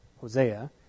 Hosea